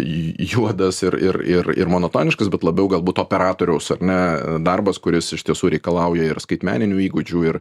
juodas ir ir ir ir monotoniškas bet labiau galbūt operatoriaus ar ne darbas kuris iš tiesų reikalauja ir skaitmeninių įgūdžių ir